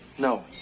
No